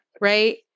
right